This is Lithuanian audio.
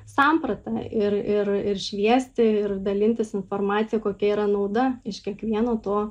samprata ir ir ir šviesti ir dalintis informacija kokia yra nauda iš kiekvieno to